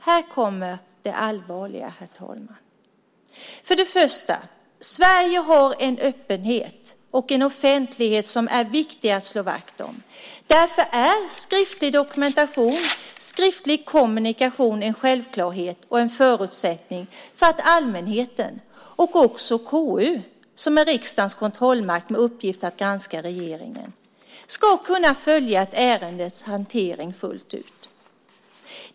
Här kommer det allvarliga, herr talman. För det första: Sverige har en öppenhet och en offentlighet som det är viktigt att slå vakt om. Därför är skriftlig dokumentation och skriftlig kommunikation en självklarhet och en förutsättning för att allmänheten och KU, som är riksdagens kontrollmakt med uppgift att granska regeringen, ska kunna följa ett ärendes hantering fullt ut.